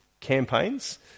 campaigns